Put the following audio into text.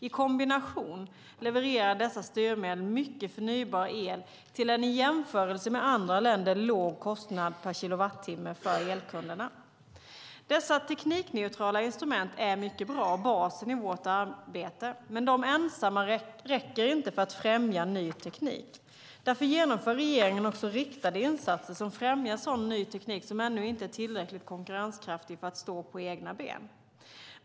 I kombination levererar dessa styrmedel mycket förnybar el till en i jämförelse med andra länder låg kostnad per kilowattimme för elkunderna. Dessa teknikneutrala instrument är mycket bra och basen i vårt arbete, men de ensamma räcker inte för att främja ny teknik. Därför genomför regeringen också riktade insatser som främjar sådan ny teknik som ännu inte är tillräckligt konkurrenskraftig för att stå på egna ben.